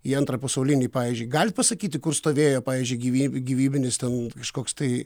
į antrą pasaulinį pavyzdžiui galit pasakyti kur stovėjo pavyzdžiui gyvyb gyvybinis ten kažkoks tai